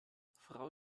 frau